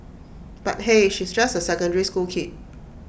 but hey she's just A secondary school kid